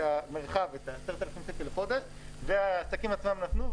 את המרחב ואת ה-10,000 שקל לחודש והעסקים עצמם נתנו,